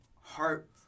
heart